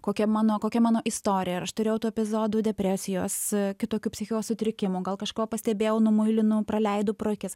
kokia mano kokia mano istorija ar aš turėjau tų epizodų depresijos kitokių psichikos sutrikimų gal kažko pastebėjau numuilinau praleidau pro akis